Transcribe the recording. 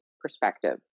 perspective